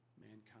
mankind